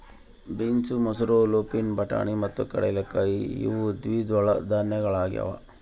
beans ಮಸೂರ lupin ಬಟಾಣಿ ಮತ್ತು ಕಡಲೆಕಾಯಿ ಇವು ದ್ವಿದಳ ಧಾನ್ಯಗಳಾಗ್ಯವ